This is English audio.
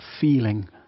feeling